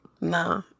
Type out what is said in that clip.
Nah